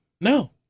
No